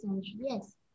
Yes